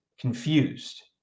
confused